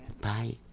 Bye